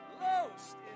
Lost